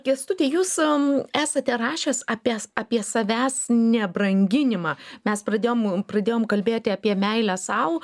kęstuti jūsų esate rašęs apie apie savęs nebranginimą mes pradėjom pradėjom kalbėti apie meilę sau